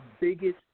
biggest